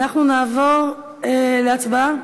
אנחנו נעבור להצבעה.